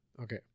Okay